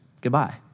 Goodbye